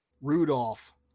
Rudolph